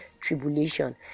tribulation